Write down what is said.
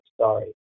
sorry